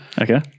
Okay